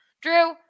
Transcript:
Drew